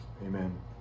Amen